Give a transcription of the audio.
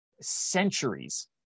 centuries